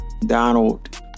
Donald